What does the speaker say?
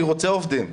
אני רוצה עובדים.